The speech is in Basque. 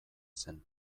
zen